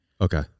Okay